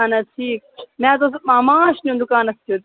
اَہن حظ ٹھیٖک مےٚ حظ اوس ما ماچھ نیُن دُکانَس کیُتھ